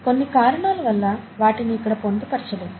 కొన్ని కారణాల వల్ల వాటిని ఇక్కడ పొందుపరచలేదు